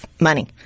money